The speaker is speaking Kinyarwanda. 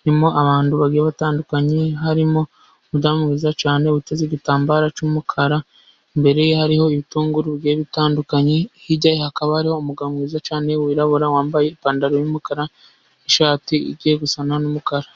irimo abantu bagiye batandukanye, harimo umudamu wicaye uteze igitambaro cy'umukara, imbere ye hariho ibitunguru bitandukanye, hirya hakaba hari umugabo mwiza cyane wirabura wambaye ipantaro yumukara n'ishati igiye gusana n'umukara.